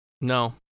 no